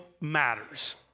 matters